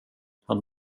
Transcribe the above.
han